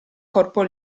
corpo